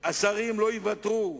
השרים לא ייוותרו,